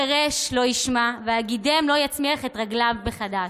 החירש לא ישמע, והגידם לא יצמיח את רגליו מחדש.